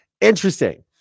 Interesting